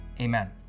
Amen